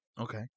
Okay